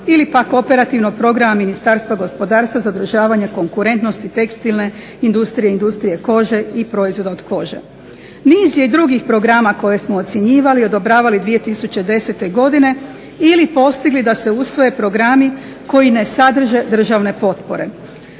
ili pak operativnog programa Ministarstva gospodarstva zadržavanja konkurentnosti tekstilne industrije, industrije kože i proizvoda od kože. Niz je drugih programa koje smo ocjenjivali i odobravali 2010.godine ili postigli da se usvoje programi koji ne sadrže državne potpora,